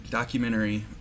documentary